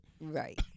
Right